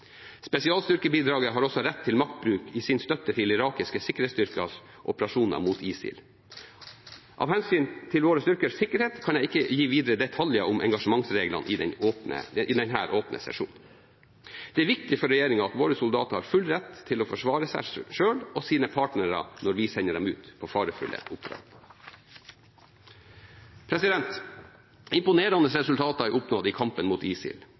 Spesialstyrkebidraget har også rett til maktbruk i sin støtte til irakiske sikkerhetsstyrkers operasjoner mot ISIL. Av hensyn til våre styrkers sikkerhet kan jeg ikke gi videre detaljer om engasjementsreglene i denne åpne sesjonen. Det er viktig for regjeringen at våre soldater har full rett til å forsvare seg selv og sine partnere når vi sender dem ut på farefulle oppdrag. Imponerende resultater er oppnådd i kampen mot ISIL.